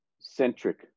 centric